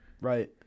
Right